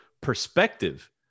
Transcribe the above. perspective